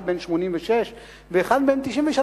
אחד בן 86 ואחד בן 93,